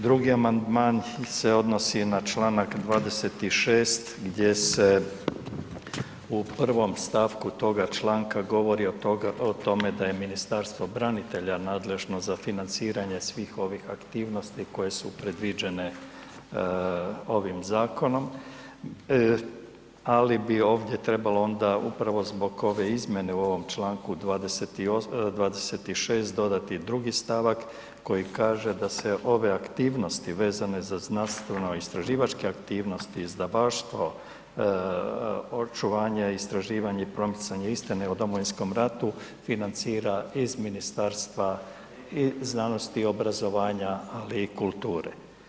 Drugi amandman se odnosi na Članak 26. gdje se u prvom stavku toga članka govori o tome da je Ministarstvo branitelja nadležno za financiranje svih ovih aktivnosti koje su predviđene ovim zakonom, ali bi ovdje trebalo ona upravo zbog ove izmjene u ovom Članku 26. dodati drugi stavak koji kaže da se ove aktivnosti vezane za znanstveno istraživačke aktivnosti, izdavaštvo, očuvanje, istraživanje i promicanje istine o Domovinskom ratu financira iz Ministarstva i znanosti i obrazovanja, ali i kulture.